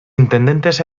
intendentes